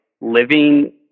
living